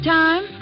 time